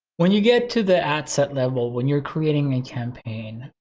when you get to the ad set level, when you're creating a campaign,